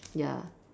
ya